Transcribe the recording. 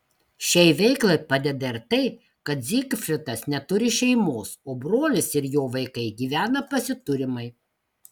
šiai veiklai padeda ir tai kad zygfridas neturi šeimos o brolis ir jo vaikai gyvena pasiturimai